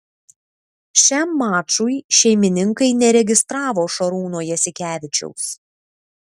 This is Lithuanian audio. šiam mačui šeimininkai neregistravo šarūno jasikevičiaus